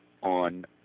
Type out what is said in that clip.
on